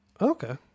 okay